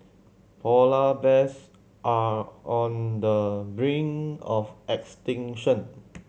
polar bears are on the brink of extinction